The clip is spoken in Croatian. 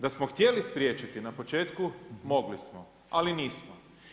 Da smo htjeli spriječiti na početku, mogli smo, ali nismo.